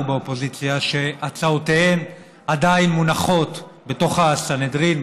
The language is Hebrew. באופוזיציה שהצעותיהם עדיין מונחות בתוך הסנהדרין,